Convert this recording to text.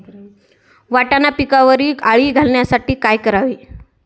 वाटाणा पिकावरील अळी घालवण्यासाठी काय करावे?